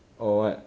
or what